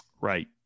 Right